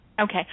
Okay